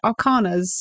Arcanas